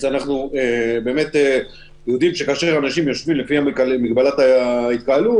אנחנו יודעים שכאשר אנשים יושבים לפי מגבלת ההתקהלות,